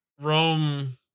rome